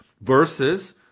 Versus